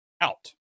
out